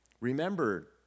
Remember